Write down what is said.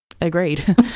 agreed